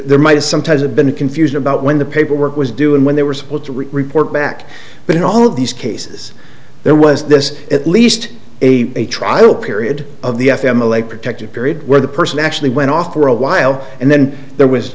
there might sometimes have been a confusion about when the paperwork was doing when they were supposed to report back but in all of these cases there was this at least a a trial period of the f m a late protective period where the person actually went off for a while and then there was